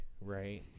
right